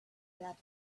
that